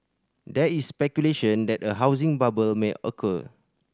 there is speculation that a housing bubble may occur